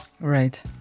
right